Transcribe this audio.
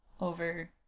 over